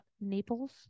Naples